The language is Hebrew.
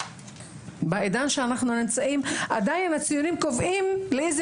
בעידן שאנחנו נמצאים בו הציונים עדיין קובעים לאיזה